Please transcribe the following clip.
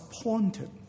appointed